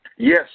Yes